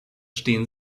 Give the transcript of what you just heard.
stehen